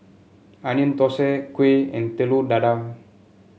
Onion Thosai Kuih and Telur Dadah